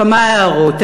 כמה הערות.